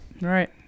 Right